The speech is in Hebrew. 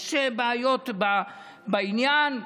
יש בעיות בעניין,